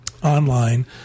Online